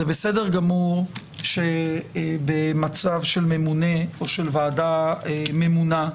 זה בסדר גמור שבמצב של ממונה או של ועדה ממונה,